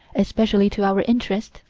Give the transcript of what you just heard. especially to our interest,